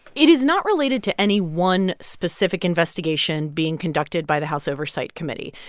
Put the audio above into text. it is not related to any one specific investigation being conducted by the house oversight committee.